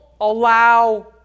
allow